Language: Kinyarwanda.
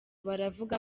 bavuga